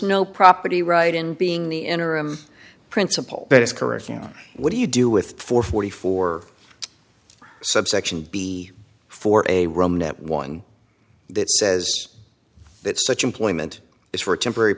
no property right in being the interim principal that is correct you know what do you do with for forty four subsection b for a room that one that says that such employment is for a temporary